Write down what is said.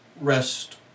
rest